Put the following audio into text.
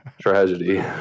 tragedy